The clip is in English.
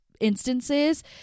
instances